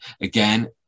again